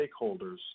stakeholders